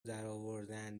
درآوردن